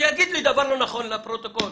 שיגיד לי דבר לא נכון לפרוטוקול,